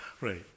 Right